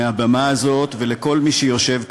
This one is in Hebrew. מהבמה הזאת, ולכל מי שיושב כאן,